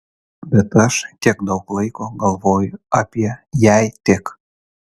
bet aš tiek daug laiko galvojau apie jei tik